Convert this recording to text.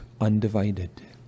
undivided